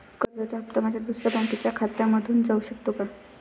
कर्जाचा हप्ता माझ्या दुसऱ्या बँकेच्या खात्यामधून जाऊ शकतो का?